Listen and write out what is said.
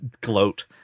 gloat